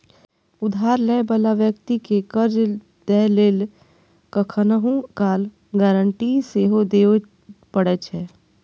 उधार लै बला व्यक्ति कें कर्ज दै लेल कखनहुं काल गारंटी सेहो दियै पड़ै छै